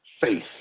faith